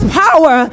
power